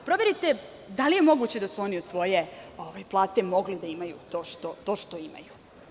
Proverite da li je moguće da su oni od svoje plate mogli da imaju to što imaju.